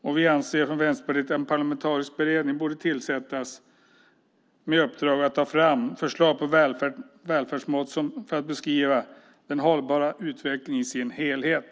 Vi från Vänsterpartiet anser att en parlamentarisk beredning bör tillsättas med uppdrag att ta fram förslag på välfärdsmått för att beskriva den hållbara utvecklingen i sin helhet.